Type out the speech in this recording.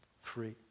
free